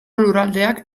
lurraldeak